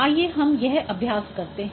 आइये हम यह अभ्यास करते हैं